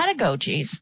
pedagogies